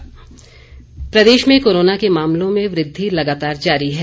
Himachal corona Pradesh में corona के मामलों में वृद्धि लगातार जारी है